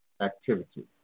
activity